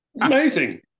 Amazing